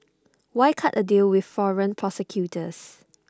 why cut A deal with foreign prosecutors